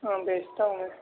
ہاں بھیجتا ہوں میں